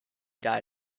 died